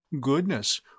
Goodness